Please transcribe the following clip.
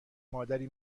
مادری